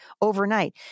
overnight